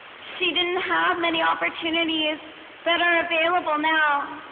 she didn't have many opportunities that are available now